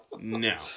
No